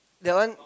that one